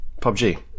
PUBG